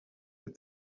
der